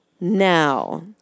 Now